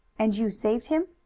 and you saved him?